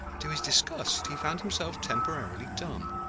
to his disgust he found himself temporarily dumb.